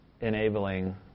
enabling